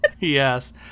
Yes